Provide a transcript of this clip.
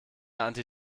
anti